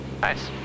Nice